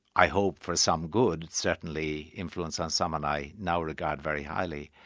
i hope for some good, certainly, influence on someone i now regard very highly.